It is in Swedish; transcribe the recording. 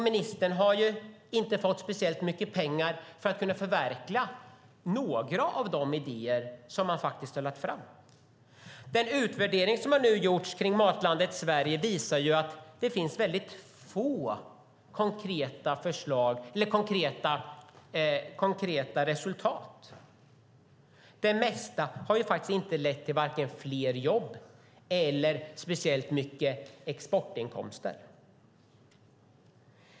Ministern har ju inte fått speciellt mycket pengar för att kunna förverkliga några av de idéer som man har lagt fram. Den utvärdering som nu har gjorts kring Matlandet Sverige visar att det finns väldigt få konkreta resultat. Det mesta har inte lett till vare sig fler jobb eller speciellt mycket exportinkomster.